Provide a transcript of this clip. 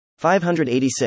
586